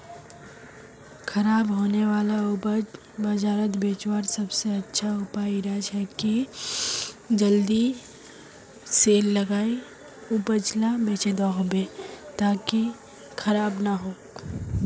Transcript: ख़राब होने वाला उपज बजारोत बेचावार सबसे अच्छा उपाय कि छे?